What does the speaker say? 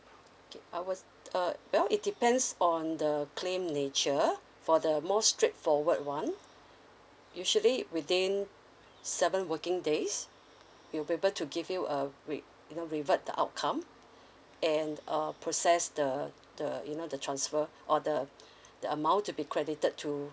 I was uh well it depends on the claim nature for the more straightforward one usually within seven working days we'll be able to give you a re~ you know revert the outcome and uh process the the you know the transfer or the the amount to be credited to